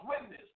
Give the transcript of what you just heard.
witness